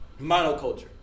monoculture